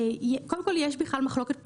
יש בכלל מחלוקת פסיקתית,